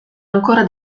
ancora